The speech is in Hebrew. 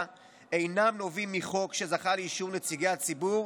אינם נובעים מחוק שזכה לאישור נציגי הציבור